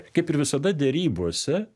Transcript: kaip ir visada derybose